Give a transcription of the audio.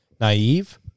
naive